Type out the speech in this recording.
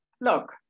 Look